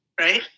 right